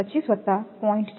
25 વત્તા 0